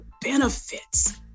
benefits